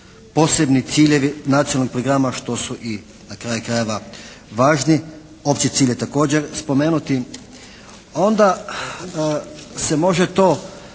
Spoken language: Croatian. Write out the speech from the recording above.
posebni ciljevi Nacionalnog programa što su i na kraju krajeva važni, opći cilj je također spomenuti. Onda se može to